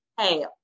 hey